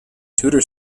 tudor